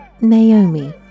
Naomi